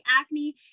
acne